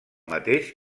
mateix